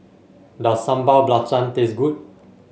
does Sambal Belacan taste good